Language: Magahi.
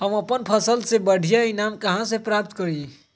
हम अपन फसल से बढ़िया ईनाम कहाँ से प्राप्त करी?